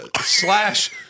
slash